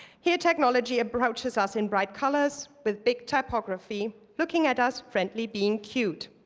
here technology approaches us in bright colors, with big typography, looking at us friendly, being cute.